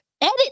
Edit